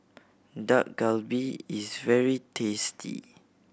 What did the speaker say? Dak Galbi is very tasty